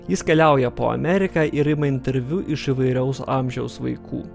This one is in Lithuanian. jis keliauja po ameriką ir ima interviu iš įvairaus amžiaus vaikų